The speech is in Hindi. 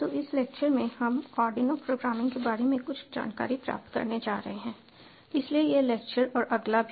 तो इस लेक्चर में हम आर्डिनो प्रोग्रामिंग के बारे में कुछ जानकारी प्राप्त करने जा रहे हैं इसलिए यह लेक्चर और अगला भी